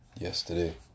yesterday